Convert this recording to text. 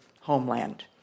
homeland